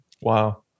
Wow